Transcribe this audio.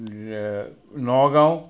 Nagaon